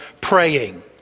praying